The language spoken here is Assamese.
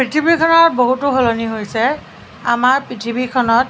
পৃথিৱীখনত বহুতো সলনি হৈছে আমাৰ পৃথিৱীখনত